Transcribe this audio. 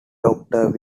doctor